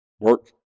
work